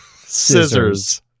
scissors